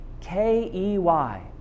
K-E-Y